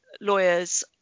lawyers